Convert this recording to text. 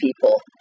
people